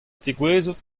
tegouezhout